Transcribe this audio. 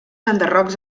enderrocs